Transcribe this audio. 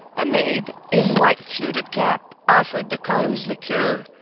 a maid, in white fluted cap, offered the callers liqueur,